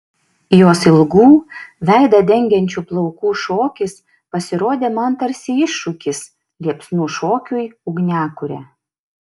jos ilgų veidą dengiančių plaukų šokis pasirodė man tarsi iššūkis liepsnų šokiui ugniakure